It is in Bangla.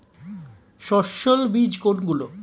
সস্যল বীজ কোনগুলো?